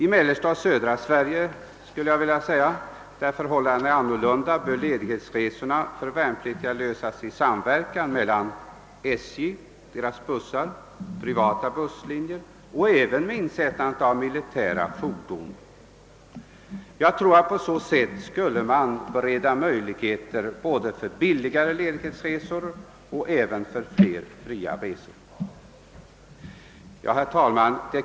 I mellersta och södra Sverige, där förhållandena är annorlunda, bör ledighetsresorna för värnpliktiga ordnas genom samverkan mellan SJ:s busslinjer och privata busslinjer och även med insättande av militära fordon. Jag tror att man på så sätt skulle bereda möjligheter både för billiga ledighetsresor och även för flera fria resor. Herr talman!